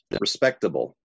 respectable